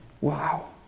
Wow